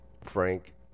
Frank